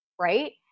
right